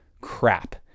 crap